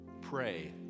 pray